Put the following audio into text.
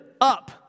up